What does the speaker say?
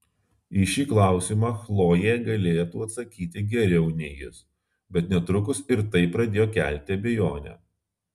į šį klausimą chlojė galėtų atsakyti geriau nei jis bet netrukus ir tai pradėjo kelti abejonę